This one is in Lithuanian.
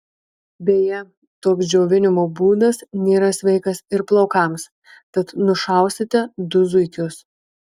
beje toks džiovinimo būdas nėra sveikas ir plaukams tad nušausite du zuikius